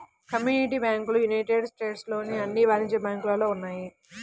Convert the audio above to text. community బ్యాంకులు United States లోని అన్ని వాణిజ్య బ్యాంకులలో ఉన్నాయి